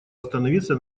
остановиться